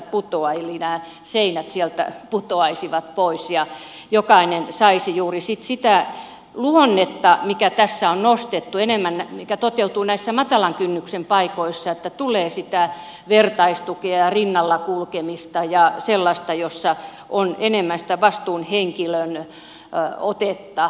eli nämä seinät sieltä putoaisivat pois ja jokainen saisi sitten juuri sitä luonnetta mikä tässä on nostettu mikä enemmän toteutuu näissä matalan kynnyksen paikoissa että tulee sitä vertaistukea ja rinnalla kulkemista ja sellaista missä on enemmän sitä vastuuhenkilön otetta